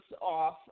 off